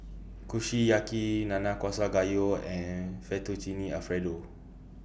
Kushiyaki Nanakusa Gayu and Fettuccine Alfredo